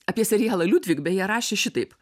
apie serialą liudvik beje rašė šitaip